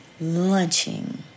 lunching